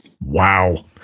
Wow